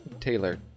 Taylor